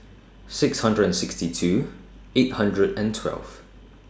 six hundred and sixty two eight hundred and twelve